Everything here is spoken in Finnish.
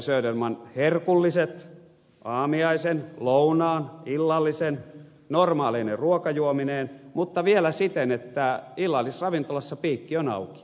söderman herkulliset aamiaisen lounaan illallisen normaaleine ruokajuomineen mutta vielä siten että illallisravintolassa piikki on auki